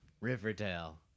Riverdale